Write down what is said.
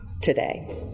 today